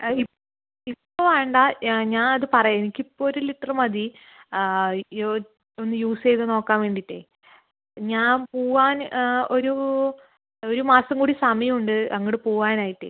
അത് ഇപ്പം വേണ്ട ഞാൻ ഞാൻ അത് പറയാം എനിക്ക് ഇപ്പം ഒര് ലിറ്ററ് മതി ഒന്ന് യൂസ് ചെയ്ത് നോക്കാൻ വേണ്ടിയിട്ട് ഞാൻ പോകാന് ഒരു ഒരു മാസം കൂടി സമയം ഉണ്ട് അങ്ങോട്ട് പോകാൻ ആയിട്ട്